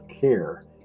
care